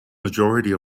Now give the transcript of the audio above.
majority